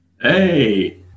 Hey